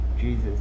Jesus